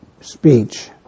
speech